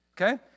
Okay